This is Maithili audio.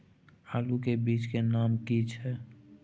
आलू के बीज के नाम की छै?